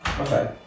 okay